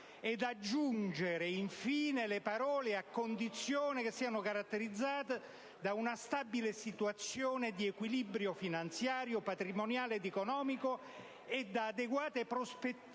di minoranza e le parole «a condizione che siano caratterizzate da una stabile situazione di equilibrio finanziario, patrimoniale ed economico e da adeguate prospettive